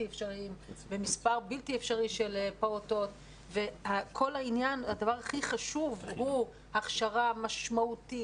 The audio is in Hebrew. אפשריים במספר בלתי אפשרי של פעוטות והדבר הכי חשוב הוא הכשרה משמעותית,